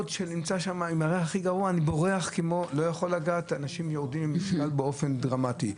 הם בורחים מהריח ויורדים במשקל באופן דרמטי.